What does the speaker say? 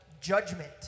judgment